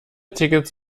tickets